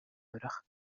wurdich